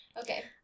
Okay